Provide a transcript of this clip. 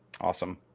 Awesome